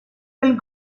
del